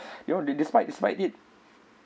you know de~ despite despite it